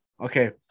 Okay